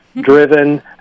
driven